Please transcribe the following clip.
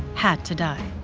had to die.